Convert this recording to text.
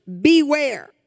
beware